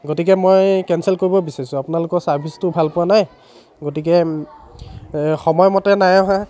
গতিকে মই কেঞ্চেল কৰিব বিচাৰিছোঁ আপোনালোকৰ চাৰ্ভিচটো ভাল পোৱা নাই গতিকে সময়মতে নাই অহা